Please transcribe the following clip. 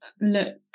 look